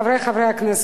חברי חברי הכנסת,